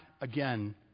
again